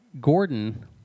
Gordon